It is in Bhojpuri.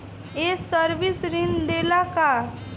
ये सर्विस ऋण देला का?